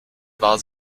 war